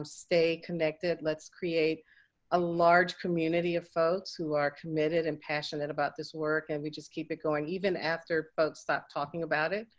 um stay connected. let's create a large community of folks who are committed and passionate about this work. and we just keep it going. even after folks stop talking about it,